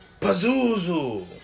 Pazuzu